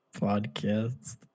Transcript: podcast